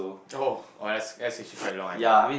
orh orh that's that's actually quite long I think